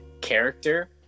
character